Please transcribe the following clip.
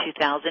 2000